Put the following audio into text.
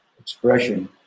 expression